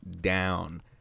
down